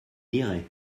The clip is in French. lirait